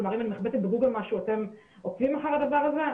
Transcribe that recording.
כלומר אם אני מחפשת בגוגל משהו אתם עוקבים אחרי הדבר הזה?